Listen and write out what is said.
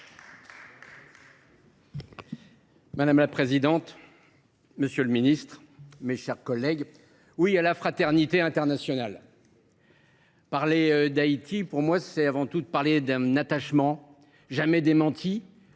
Madame la présidente, monsieur le ministre, mes chers collègues, oui à la fraternité internationale ! Évoquer Haïti, c’est avant tout témoigner d’un attachement jamais démenti